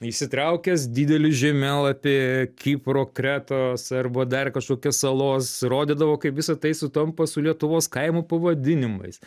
įsitraukęs didelį žemėlapį kipro kretos arba dar kažkokios salos rodydavo kaip visa tai sutampa su lietuvos kaimų pavadinimais